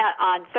on